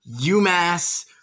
UMass